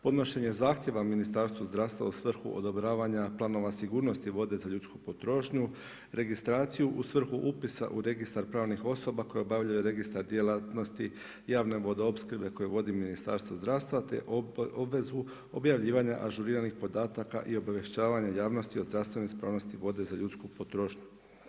Podnošenje zahtjeva Ministarstvu zdravstva u svrhu odobravanja planova sigurnosti vode za ljudsku potrošnju, registraciju u svrhu upisa u registar pravnih osoba koje obavljaju registar djelatnosti javne vodoopskrbe koju vodi Ministarstvo zdravstva te obvezu objavljivanja ažuriranih podataka i obavješćivanja javnosti o zdravstvenoj ispravnosti vode za ljudsku potrošnju.